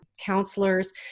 counselors